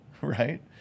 right